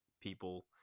people